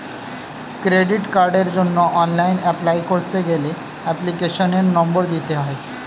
credit কার্ডের জন্য online apply করতে গেলে এপ্লিকেশনের নম্বর দিতে হয়